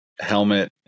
Helmet